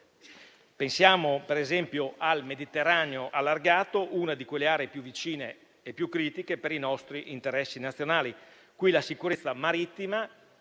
Pensiamo, per esempio, al Mediterraneo allargato, una di quelle aree più vicine e critiche per i nostri interessi nazionali: qui la sicurezza marittima